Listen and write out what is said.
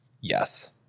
Yes